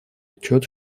отчет